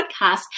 podcast